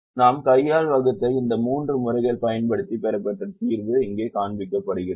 நாம் கையால் வகுத்த இந்த மூன்று முறைகள் பயன்படுத்தி பெறப்பட்ட தீர்வு இங்கே காண்பிக்கப்படுகிறது